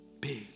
big